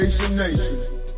Nation